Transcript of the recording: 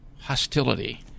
hostility